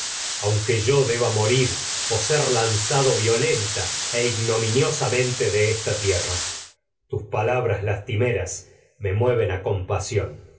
aunque yo deba de o ser lanzado violenta ignominiosamente me mueven esta tierra tus palabras lastimeras que a com